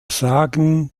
sagen